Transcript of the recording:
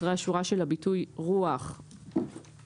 אחרי השורה של הביטוי "רוח ZZZ,